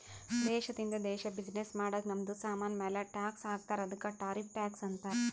ದೇಶದಿಂದ ದೇಶ್ ಬಿಸಿನ್ನೆಸ್ ಮಾಡಾಗ್ ನಮ್ದು ಸಾಮಾನ್ ಮ್ಯಾಲ ಟ್ಯಾಕ್ಸ್ ಹಾಕ್ತಾರ್ ಅದ್ದುಕ ಟಾರಿಫ್ ಟ್ಯಾಕ್ಸ್ ಅಂತಾರ್